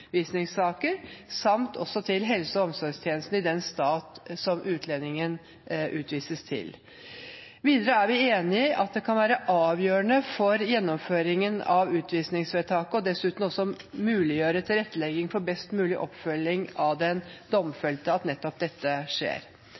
samt til helse- og omsorgstjenestene i den stat som utlendingen utvises til. Videre er vi enig i at det kan være avgjørende for gjennomføringen av utvisningsvedtaket og dessuten også muliggjøre tilrettelegging for best mulig oppfølging av den domfelte at nettopp dette skjer.